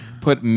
put